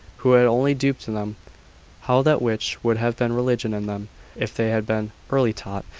who had only duped them how that which would have been religion in them if they had been early taught,